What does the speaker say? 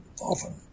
often